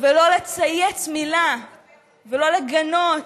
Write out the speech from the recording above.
ולא לצייץ מילה ולא לגנות,